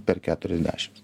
per keturiasdešims